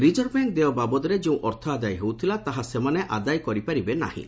reserve bank ଦେୟ ବାବଦରେ ଯେଉଁ ଅର୍ଥ ଆଦାୟ ହେଉଥିଲା ତାହା ସେମାନେ ଆଦାୟ କରିପାରିବେ ନାହିଁ